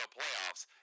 playoffs